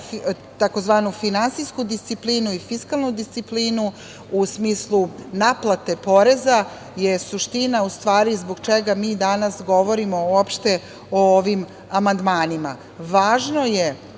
tzv. finansijsku disciplinu i fiskalnu disciplinu u smislu naplate poreza je suština, u stvari, zbog čega mi danas govorimo uopšte o ovim amandmanima. Važno je